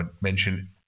mention